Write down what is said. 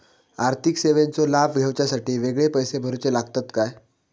आर्थिक सेवेंचो लाभ घेवच्यासाठी वेगळे पैसे भरुचे लागतत काय?